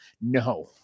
No